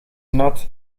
nat